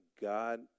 God